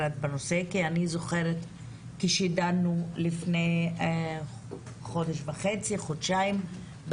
זוכרת שכשאנחנו דנו לפני חודש וחצי-חודשיים,